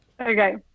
Okay